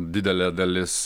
didelė dalis